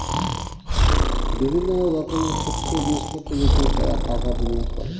বিভিন্ন রকমের খুচরো জিনিসপত্রের উপর যারা টাকা বিনিয়োগ করে